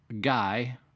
guy